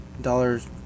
dollars